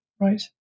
Right